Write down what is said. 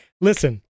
Listen